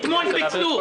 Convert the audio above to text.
אתמול פיצלו.